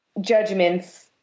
judgments